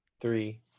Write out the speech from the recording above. three